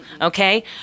okay